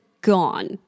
Gone